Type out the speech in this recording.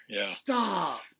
Stop